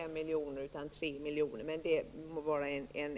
I och för sig är det en bagatell i sammanhanget. Men det är i varje fall så det förhåller sig.